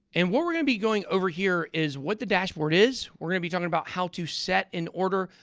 and what we're going to be going over here is what the dashboard is, we're going to be talking about how to set an order,